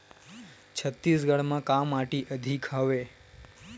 छत्तीसगढ़ म का माटी अधिक हवे?